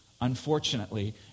Unfortunately